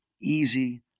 easy